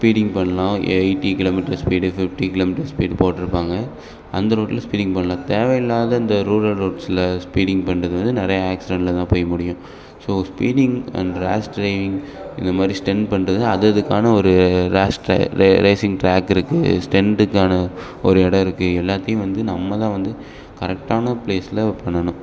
speeding பண்ணலாம் eighty kilometre speed fifty kilometre speed போட்டிருப்பாங்க அந்த ரோட்டில் ஸ்பீடிங் பண்ணலாம் தேவையில்லாத இந்த ரூரல் ரோட்ஸில் ஸ்பீடிங் பண்ணுறது வந்து நிறைய ஆக்சிடெண்டில் தான் போய் முடியும் so speeding and rash driving இந்த மாதிரி ஸ்டெண்ட் பண்ணுறது அது அதுக்கான ஒரு ரேஷ் ட்ரை ரே ரேஸிங் ட்ராக் இருக்குது ஸ்டெண்டுக்கான ஒரு இடம் இருக்குது எல்லாத்தையும் வந்து நம்ம தான் வந்து கரெக்டான ப்ளேஸில் பண்ணணும்